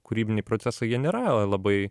kūrybiniai procesai jie nėra labai